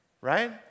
right